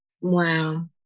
Wow